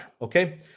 Okay